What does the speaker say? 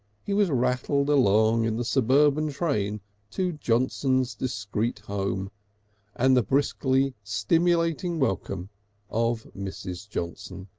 he was rattled along in the suburban train to johnson's discreet home and the briskly stimulating welcome of mrs. johnson.